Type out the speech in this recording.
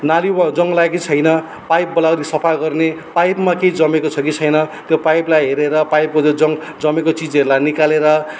नाली वा जङ लायो कि छैन पाइप सफा गर्ने पाइपमा केही जमेको छ कि छैन त्यो पाइपलाई हेरेर पाइपको त्यो जङ जमेको चिजहरूलाई निकालेर